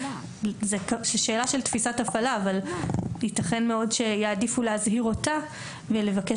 זו שאלה של תפיסת הפעלה אבל יתכן מאוד שיעדיפו להזהיר אותה ולבקש